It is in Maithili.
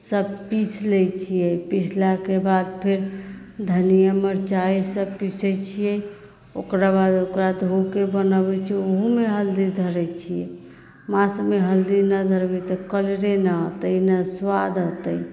सब पीस लै छियै पीसलाके बाद फेर धनिया मरचाइ सब पीसैत छियै ओकराबाद ओकरा धोके बनबैत छियै ओहुमे हल्दी धरैत छियै मासूमे हल्दी नहि धरबै तऽ कलरे नहि अतै नहि स्वाद अतै